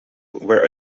were